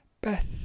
Beth